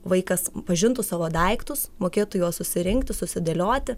vaikas pažintų savo daiktus mokėtų juos susirinkti susidėlioti